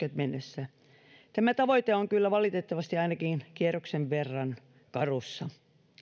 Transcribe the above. mennessä tämä tavoite on kyllä valitettavasti ainakin kierroksen verran karussa